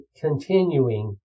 continuing